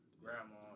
grandma